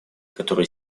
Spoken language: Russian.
которые